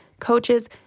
coaches